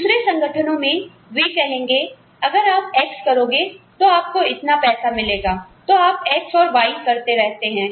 दूसरे संगठनों में वे कहेंगे अगर आप 'X' करोगे तो आपको इतना पैसा मिलेगा तो आप 'X' और 'Y' करते रहते हैं